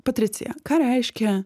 patricija ką reiškia